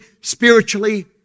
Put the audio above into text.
spiritually